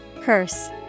Curse